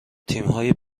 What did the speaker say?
تیمهای